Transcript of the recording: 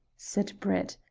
said brett,